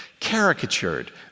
caricatured